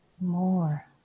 more